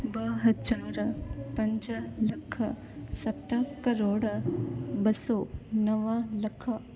ॿ हज़ार पंज लख सत करोड़ ॿ सौ नव लख